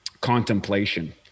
contemplation